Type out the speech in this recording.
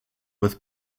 with